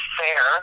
fair